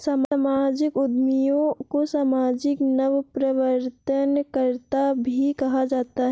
सामाजिक उद्यमियों को सामाजिक नवप्रवर्तनकर्त्ता भी कहा जाता है